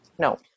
No